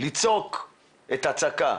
לצעוק את הצעקה